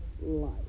life